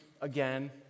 again